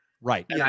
Right